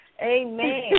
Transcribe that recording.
Amen